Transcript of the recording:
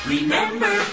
Remember